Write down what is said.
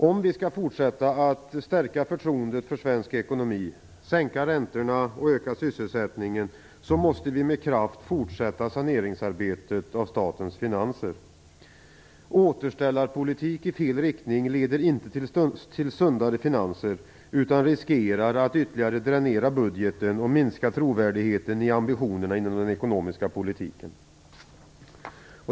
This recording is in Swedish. Om vi skall fortsätta stärka förtroendet för svensk ekonomi, sänka räntorna och öka sysselsättningen, måste vi med kraft fortsätta arbetet med att sanera statens finanser. Återställarpolitik i fel riktning leder inte till sundare finanser utan riskerar att ytterligare dränera budgeten och minska trovärdigheten i ambitionerna inom den ekonomiska politiken.